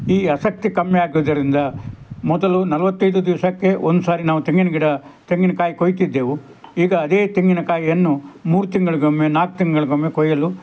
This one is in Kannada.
ಈಗ ಆಸಕ್ತಿ ಕಮ್ಮಿ ಆದುದರಿಂದ ಮೊದಲು ನಲವತ್ತೈದು ದಿವಸಕ್ಕೆ ಒಂದು ಸಾರಿ ನಾವು ತೆಂಗಿನ ಗಿಡ ತೆಂಗಿನಕಾಯಯಿ ಕೊಯ್ತಿದ್ದೆವು ಈಗ ಅದೇ ತೆಂಗಿನಕಾಯಿಯನ್ನು ಮೂರು ತಿಂಗಳಿಗೊಮ್ಮೆ ನಾಲ್ಕು ತಿಂಗಳಿಗೊಮ್ಮೆ ಕೊಯ್ಯಲು